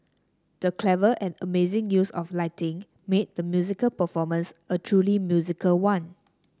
the clever and amazing use of lighting made the musical performance a truly musical one